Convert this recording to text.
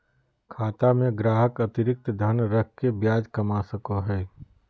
खाता में ग्राहक अतिरिक्त धन रख के ब्याज कमा सको हइ